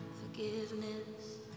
forgiveness